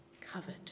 covered